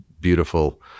beautiful